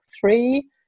three